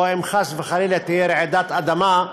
או אם חס וחלילה תהיה רעידת אדמה,